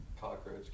cockroach